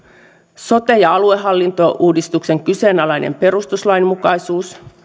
sote ja aluehallintouudistuksen kyseenalainen perustuslainmukaisuus